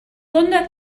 linda